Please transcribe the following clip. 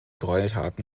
gräueltaten